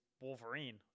Wolverine